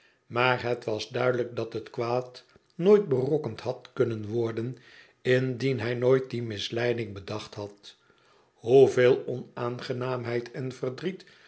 maar het was duidelijk dat het kwaad nooit berokkend had kunnen worden indien hij nooit die misleiding bedacht had hoeveel onaangenaaamheid en verdriet